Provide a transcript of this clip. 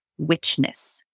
witchness